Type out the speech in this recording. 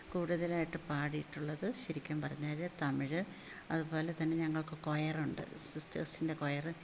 കൂടുതലായിട്ട് പാടിയിട്ടുള്ളത് ശരിക്കും പറഞ്ഞാൽ തമിഴ് അതുപോലെ തന്നെ ഞങ്ങൾക്ക് കൊയറുണ്ട് സിസ്റ്റേഴ്സിൻ്റെ കൊയറ്